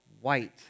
white